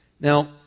Now